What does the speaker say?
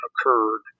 occurred